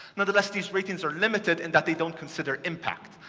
nonetheless, these rankings are limited in that they don't consider impact,